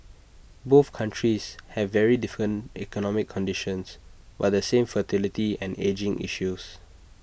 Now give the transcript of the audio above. both countries have very different economic conditions but the same fertility and ageing issues